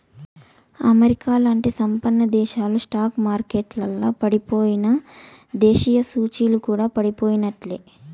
అమెరికాలాంటి సంపన్నదేశాల స్టాక్ మార్కెట్లల పడిపోయెనా, దేశీయ సూచీలు కూడా పడిపోయినట్లే